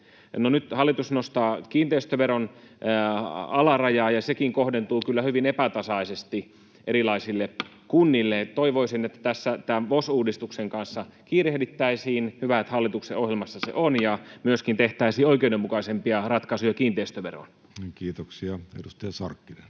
nyt hallitus nostaa kiinteistöveron alarajaa, ja sekin kohdentuu kyllä hyvin epätasaisesti erilaisille kunnille. Toivoisin, että tämän VOS-uudistuksen kanssa kiirehdittäisiin — hyvä, että hallituksen ohjelmassa se on — ja myöskin tehtäisiin oikeudenmukaisempia ratkaisuja kiinteistöveroon. Kiitoksia. — Edustaja Sarkkinen,